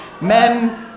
men